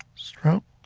stroke,